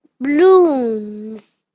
blooms